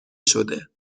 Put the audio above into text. شده